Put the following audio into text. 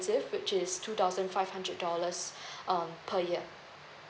which is two thousand five hundred dollars um per year